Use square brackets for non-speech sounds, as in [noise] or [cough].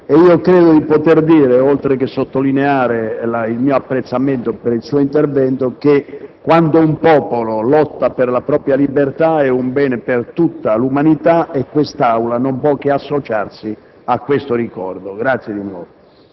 e credo di poter dire - oltre che sottolineare il mio apprezzamento per il suo intervento - che quando un popolo lotta per la propria libertà è un bene per tutta l'umanità e l'Aula non può che associarsi a questo ricordo. [applause]